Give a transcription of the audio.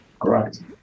Correct